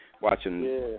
watching